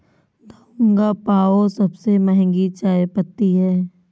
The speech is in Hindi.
दहुंग पाओ सबसे महंगी चाय पत्ती है